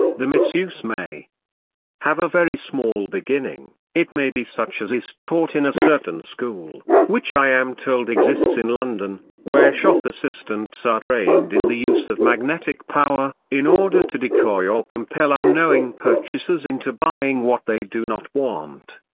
the misuse may have a very small beginning, it may be such as is taught in a certain school, which i am told exists in london, where shop assistants are trained in the use of magnetic power, in order to decoy or compel unknowing purchasers into buying what they do not want.